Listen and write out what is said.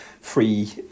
free